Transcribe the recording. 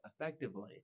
effectively